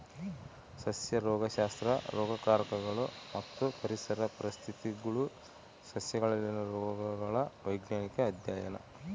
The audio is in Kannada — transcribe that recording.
ಸಸ್ಯ ರೋಗಶಾಸ್ತ್ರ ರೋಗಕಾರಕಗಳು ಮತ್ತು ಪರಿಸರ ಪರಿಸ್ಥಿತಿಗುಳು ಸಸ್ಯಗಳಲ್ಲಿನ ರೋಗಗಳ ವೈಜ್ಞಾನಿಕ ಅಧ್ಯಯನ